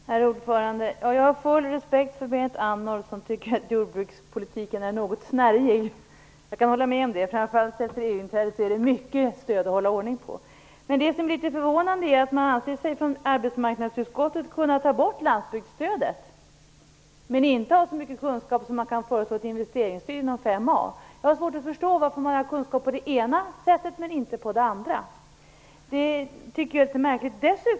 Herr talman! Jag har full respekt för att Berit Andnor kan tycka att jordbrukspolitiken är något snärjig. Framför allt efter EU-inträdet är det ju många stöd att hålla ordning på. Det som är litet förvånande är att man i arbetsmarknadsutskottet anser sig kunna ta bort landsbygdsstödet. Man har dock inte så mycket kunskap att man kan föreslå ett investeringsstöd inom mål 5a. Jag har svårt att förstå att man har kunskap om det ena sättet, men inte om det andra. Detta är litet märkligt.